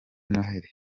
noheli